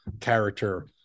character